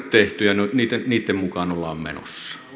tehty ja niitten mukaan ollaan menossa